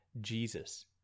jesus